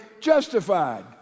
justified